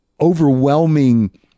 overwhelming